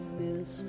miss